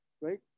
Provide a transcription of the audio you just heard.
right